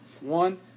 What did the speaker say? One